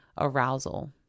arousal